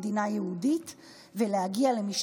במדינה היהודית יהיה צורך להגיע לצורת